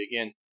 again